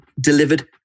delivered